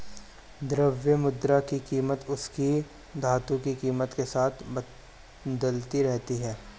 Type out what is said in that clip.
द्रव्य मुद्रा की कीमत उसकी धातु की कीमत के साथ बदलती रहती है